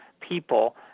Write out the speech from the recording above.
people